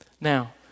Now